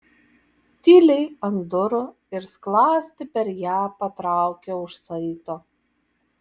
tyliai ant durų ir skląstį per ją patraukė už saito